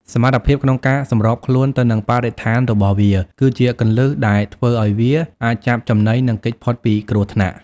សមត្ថភាពក្នុងការសម្របខ្លួនទៅនឹងបរិស្ថានរបស់វា គឺជាគន្លឹះដែលធ្វើឲ្យវាអាចចាប់ចំណី និងគេចផុតពីគ្រោះថ្នាក់។